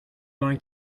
going